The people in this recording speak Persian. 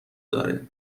داره